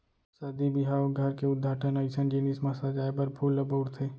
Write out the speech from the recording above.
सादी बिहाव, घर के उद्घाटन अइसन जिनिस म सजाए बर फूल ल बउरथे